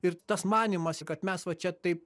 ir tas manymas kad mes va čia taip